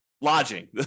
Lodging